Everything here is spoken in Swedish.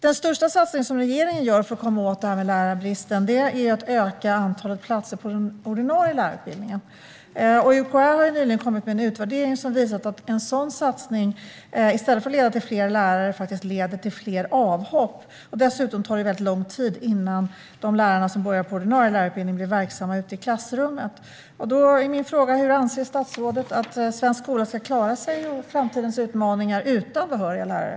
Den största satsningen regeringen gör för att komma åt lärarbristen är att öka antalet platser på den ordinarie lärarutbildningen. UKÄ har nyligen lagt fram en utvärdering som visar att en sådan satsning i stället för att leda till fler lärare faktiskt leder till fler avhopp. Dessutom tar det lång tid innan de lärarstuderande som börjar på ordinarie lärarutbildning blir verksamma ute i klassrummet. Hur anser statsrådet att svensk skola ska klara framtidens utmaningar utan behöriga lärare?